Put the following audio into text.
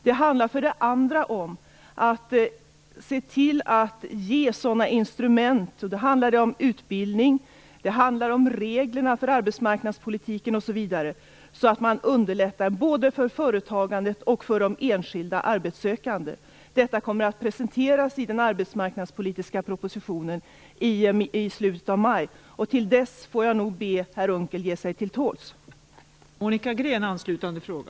Det handlar för det andra om att se till att ge sådana instrument; utbildning, regler för arbetsmarknadspolitiken osv. så att man underlättar både för företagandet och för de enskilda arbetssökande. Detta kommer att presenteras i den arbetsmarknadspolitiska propositionen i slutet av maj. Till dess får jag nog be Per Unckel ge sig till tåls.